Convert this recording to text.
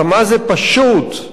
כמה פשוט,